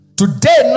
today